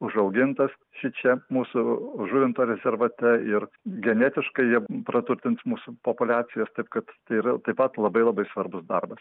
užaugintas šičia mūsų žuvinto rezervate ir genetiškai jie praturtins mūsų populiacijas taip kad tai yra taip pat labai labai svarbus darbas